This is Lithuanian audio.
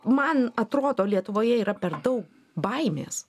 man atrodo lietuvoje yra per daug baimės